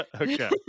Okay